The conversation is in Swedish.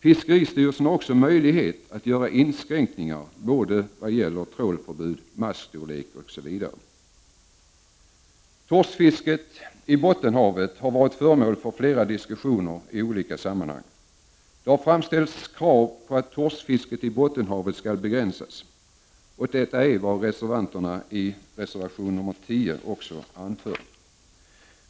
Fiskeristyrelsen har också möjlighet att göra inskränkningar både vad gäller trålförbud, maskstorlek osv. Torskfisket i Bottenhavet har varit föremål för flera diskussioner i olika sammanhang. Det har framställts krav på att torskfisket i Bottenhavet skall begränsas. Detta är vad reservanterna i reservation nr 10 också anför.